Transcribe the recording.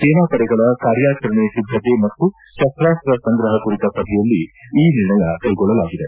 ಸೇನಾಪಡೆಗಳ ಕಾರ್ಯಾಚರಣೆ ಸಿದ್ಧತೆ ಮತ್ತು ಶಸ್ತಾಸ್ತ್ರ ಸಂಗ್ರಹ ಕುರಿತ ಸಭೆಯಲ್ಲಿ ಈ ನಿರ್ಣಯ ಕೈಗೊಳ್ಳಲಾಗಿದೆ